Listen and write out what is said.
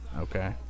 Okay